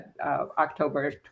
October